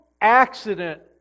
accident